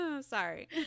Sorry